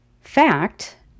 Fact